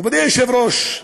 מכובדי היושב-ראש,